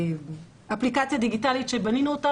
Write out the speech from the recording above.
אותה אפליקציה דיגיטלית שבנינו,